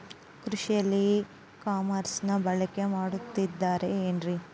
ಕೃಷಿಯಲ್ಲಿ ಇ ಕಾಮರ್ಸನ್ನ ಬಳಕೆ ಮಾಡುತ್ತಿದ್ದಾರೆ ಏನ್ರಿ?